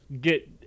get